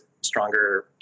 stronger